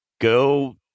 Go